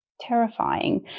terrifying